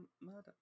murder